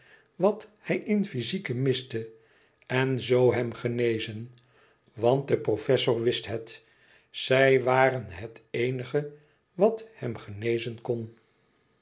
wat hij in fyzieke miste en zo hem genezen want de professor wist het zij waren het eenige wat hem genezen kon